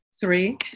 Three